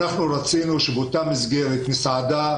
אנחנו רצינו שבאותה מסגרת מסעדה,